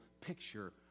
picture